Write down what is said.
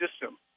system